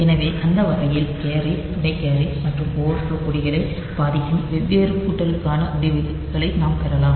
எனவே அந்த வகையில் கேரி துணை கேரி மற்றும் ஓவர் ஃப்லோ கொடிகளை பாதிக்கும் வெவ்வேறு கூட்டலுக்கான முடிவுகளை நாம் பெறலாம்